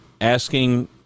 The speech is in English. asking